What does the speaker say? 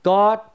God